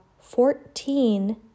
fourteen